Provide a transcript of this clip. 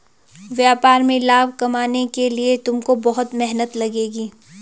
व्यापार में लाभ कमाने के लिए तुमको बहुत मेहनत लगेगी